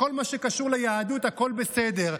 בכל מה שקשור ליהדות הכול בסדר,